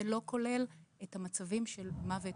זה לא כולל את המצבים של מוות